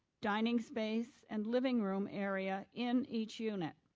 dining space and living room area in each unit.